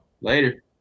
later